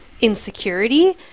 insecurity